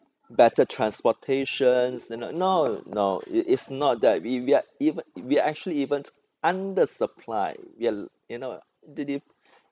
better transportation you know no no it is not that we we're even we actually even under supply we are you know the the